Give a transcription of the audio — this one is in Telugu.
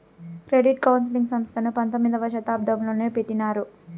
క్రెడిట్ కౌన్సిలింగ్ సంస్థను పంతొమ్మిదవ శతాబ్దంలోనే పెట్టినారు